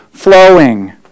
flowing